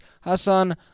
Hassan